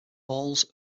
halls